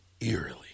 eerily